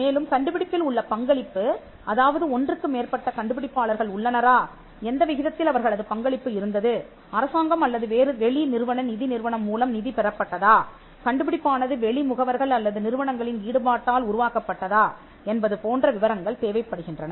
மேலும் கண்டுபிடிப்பில் உள்ள பங்களிப்பு அதாவது ஒன்றுக்கு மேற்பட்ட கண்டுபிடிப்பாளர்கள் உள்ளனரா எந்த விகிதத்தில் அவர்களது பங்களிப்பு இருந்தது அரசாங்கம் அல்லது வேறு வெளி நிறுவன நிதி நிறுவனம் மூலம் நிதி பெறப்பட்டதா கண்டுபிடிப்பானது வெளி முகவர்கள் அல்லது நிறுவனங்களின் ஈடுபாட்டால் உருவாக்கப்பட்டதா என்பது போன்ற விவரங்கள் தேவைப்படுகின்றன